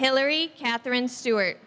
hilary catherine stuart